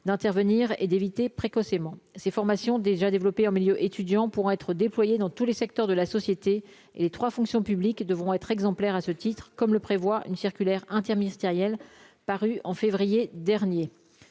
d'intervenir et d'éviter précocement ces formations déjà développé en milieu étudiant, pour être déployés dans tous les secteurs de la société et les 3 fonctions publiques devront être exemplaire à ce titre-comme le prévoit une circulaire interministérielle paru en février dernier,